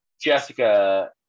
Jessica